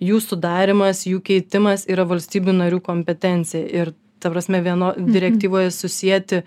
jų sudarymas jų keitimas yra valstybių narių kompetencija ir ta prasme vieno direktyvoje susieti